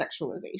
sexualization